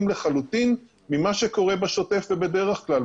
לחלוטין ממה שקורה בשוטף ובדרך כלל.